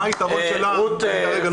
מה היתרון שלה אני כרגע לא מבין.